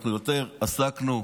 אנחנו עסקנו,